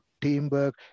teamwork